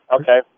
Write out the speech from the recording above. okay